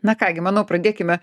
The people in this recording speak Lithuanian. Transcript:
na ką gi manau pradėkime